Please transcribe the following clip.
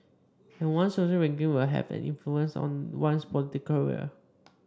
and one's social ranking will have an influence on one's political career